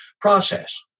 process